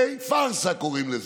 פארסה קוראים לזה.